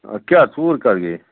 آ کیٛاہ ژوٗر کَر گٔے